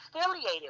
affiliated